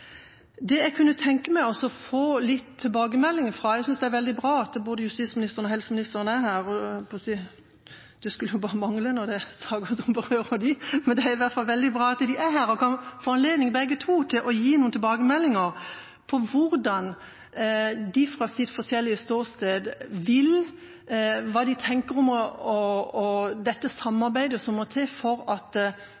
Jeg kunne tenke meg å få litt tilbakemeldinger. Jeg synes det er veldig bra at både justisministeren og helseministeren er her – det skulle jo bare mangle når det er saker som bare går på dem. Men det er i hvert fall veldig bra at de er her, slik at begge to kan få anledning til å gi noen tilbakemeldinger på hva de fra sine forskjellige ståsteder tenker om det samarbeidet som må til for at samhandlinga mellom helsetjenesten og fengselstjenesten skal bli god, uavhengig av om det